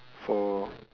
for